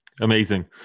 amazing